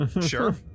Sure